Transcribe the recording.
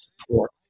support